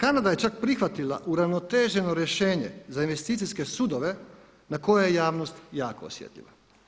Kanada je čak prihvatila uravnoteženo rješenje za investicijske sudove na koje je javnost jako osjetljiva.